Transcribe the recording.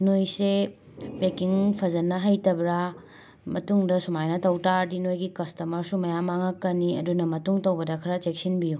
ꯅꯣꯏꯁꯦ ꯄꯦꯀꯤꯡ ꯐꯖꯟꯅ ꯍꯩꯇꯕ꯭ꯔꯥ ꯃꯇꯨꯡꯗ ꯁꯨꯃꯥꯏꯅ ꯇꯧ ꯇꯥꯔꯗꯤ ꯅꯣꯏꯒꯤ ꯀꯁꯇꯃꯔꯁꯨ ꯃꯌꯥꯝ ꯃꯥꯡꯂꯛꯀꯅꯤ ꯑꯗꯨꯅ ꯃꯇꯨꯡ ꯇꯧꯕꯗ ꯈꯔ ꯆꯦꯛꯁꯤꯟꯕꯤꯌꯨ